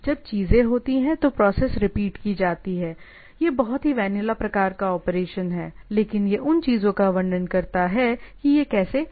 जब चीजें होती हैं तो प्रोसेस रिपीट की जाती है यह बहुत ही वैनिला प्रकार का ऑपरेशन है लेकिन यह उन चीजों का वर्णन करता है कि यह कैसे काम करता है